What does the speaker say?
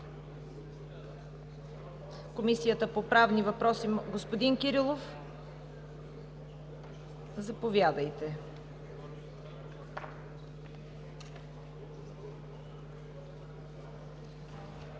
Комисията по правни въпроси? Господин Кирилов, заповядайте.